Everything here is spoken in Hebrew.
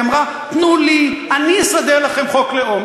היא אמרה: תנו לי, אני אסדר לכם חוק לאום.